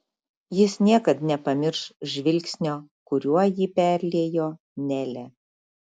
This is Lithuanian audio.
jis niekad nepamirš žvilgsnio kuriuo jį perliejo nelė